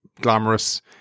glamorous